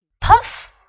Puff